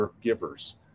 givers